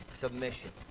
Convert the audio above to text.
submission